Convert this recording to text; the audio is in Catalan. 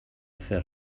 fer